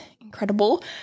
incredible